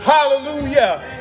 Hallelujah